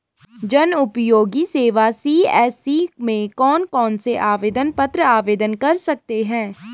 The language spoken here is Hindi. जनउपयोगी सेवा सी.एस.सी में कौन कौनसे आवेदन पत्र आवेदन कर सकते हैं?